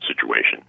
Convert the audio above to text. situation